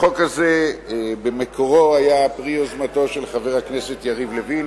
החוק הזה במקורו היה פרי יוזמתו של חבר הכנסת יריב לוין.